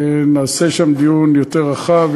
נעשה שם דיון יותר רחב,